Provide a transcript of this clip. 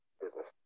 business